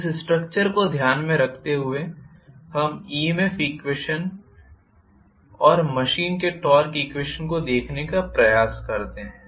इस स्ट्रक्चर को ध्यान में रखते हुए हम ईएमएफ ईक्वेशनऔर मशीन के टॉर्क ईक्वेशन को देखने का प्रयास करते हैं